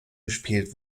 gespielt